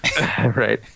Right